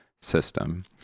system